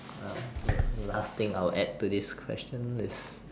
uh last thing I will add to this question is